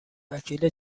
وکیل